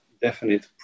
definite